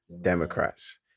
Democrats